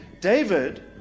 David